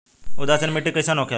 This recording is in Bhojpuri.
उदासीन मिट्टी कईसन होखेला?